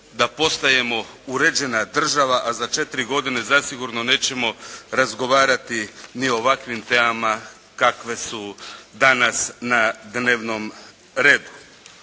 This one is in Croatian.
da postajemo uređena država a za četiri godine zasigurno nećemo razgovarati ni o ovakvim temama kakve su danas na dnevnom redu.